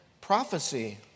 prophecy